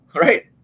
right